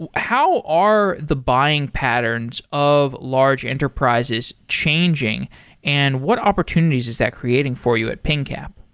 ah how are the buying patterns of large enterprises changing and what opportunities is that creating for you at pingcap?